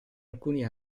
alcuni